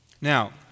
Now